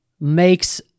makes